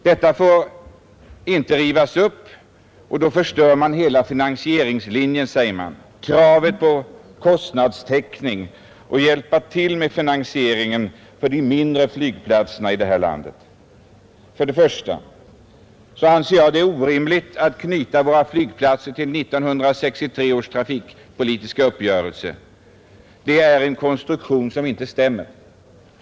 Detta får inte rivas upp, ty då förstör man hela finansieringslinjen, heter det. Vidare talas det om kravet på kostnadstäckning och om att hjälpa till med finansieringen av de mindre flygplatserna i vårt land. För det första anser jag det orimligt att knyta våra flygplatser till 1963 års trafikpolitiska uppgörelse. Det är en konstruktion som inte stämmer.